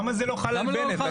למה לא זה חל על בנט?